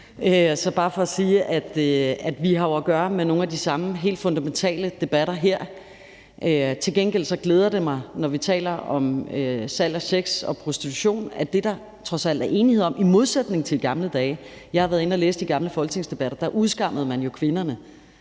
er bare for at sige, at vi jo har at gøre med nogle af de samme helt fundamentale debatter her. Til gengæld glæder det mig, når vi taler om salg af sex og om prostitution, at der er noget, der trods alt er enighed om i modsætning til i gamle dage. Jeg har været inde at læse de gamle folketingsdebatter, og der udskammede man jo kvinderne